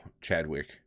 chadwick